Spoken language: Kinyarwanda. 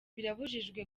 birabujijwe